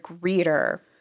reader